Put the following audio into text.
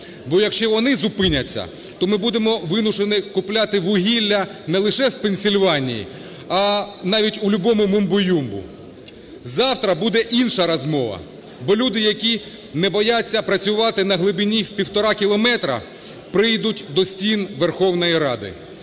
бо, якщо вони зупиняться, то ми будемо вимушені купляти вугілля не лише в Пенсільванії, а навіть у любому мумбу-юмбу. Завтра буде інша розмова, бо люди, які не бояться працювати на глибині в півтора кілометри, прийдуть до стін Верховної Ради.